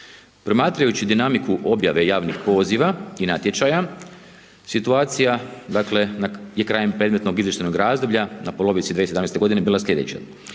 Promatrajući dinamiku objave javnih poziva i natječaja, situacija dakle, je krajem predmetnog izvještajnog razdoblja, na polovici 2017. g. bila sljedeća,